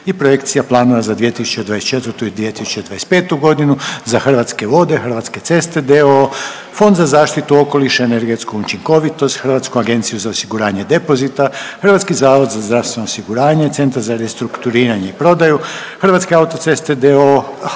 Hrvatske autoceste d.o.o.